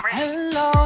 hello